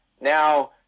Now